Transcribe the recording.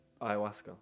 Ayahuasca